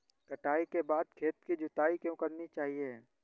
कटाई के बाद खेत की जुताई क्यो करनी चाहिए?